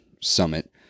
summit